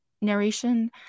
narration